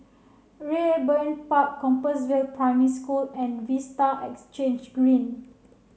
Raeburn Park Compassvale Primary School and Vista Exhange Green